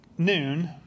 noon